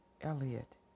Elliot